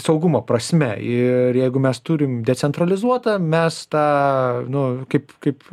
saugumo prasme ir jeigu mes turim decentralizuotą mes tą nu kaip kaip